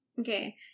Okay